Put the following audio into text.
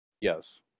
yes